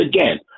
again